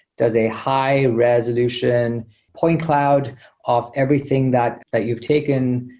does a high-resolution point cloud of everything that that you've taken,